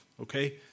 okay